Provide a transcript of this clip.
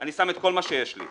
אני שם את כל מה שיש לי,